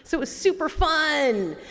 so it was super fun.